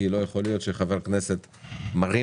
כי לא יכול להיות שחבר כנסת שוקל להרים